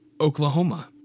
Oklahoma